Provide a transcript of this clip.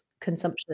consumption